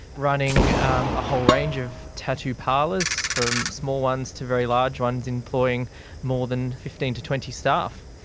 running um a whole range of tattoo parlours, from small ones to very large ones, employing more than fifteen to twenty staff.